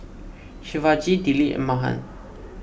Shivaji Dilip and Mahan